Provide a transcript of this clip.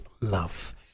Love